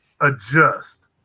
adjust